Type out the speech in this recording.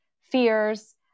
fears